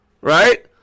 Right